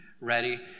ready